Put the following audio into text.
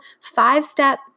five-step